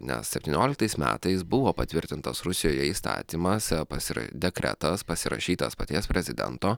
nes septynioliktais metais buvo patvirtintas rusijoje įstatymas pasira dekretas pasirašytas paties prezidento